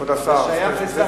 זה שייך לשר